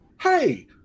hey